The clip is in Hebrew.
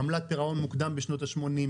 עמלת פירעון מוקדם בשנות ה-80',